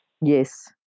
Yes